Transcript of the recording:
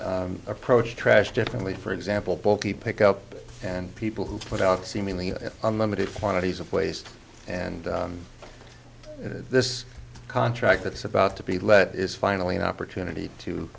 approach trash differently for example bulky pickup and people who put out seemingly unlimited quantities of waste and this contract that's about to be let is finally an opportunity to